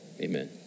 Amen